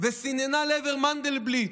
וסיננה לעבר מנדלבליט: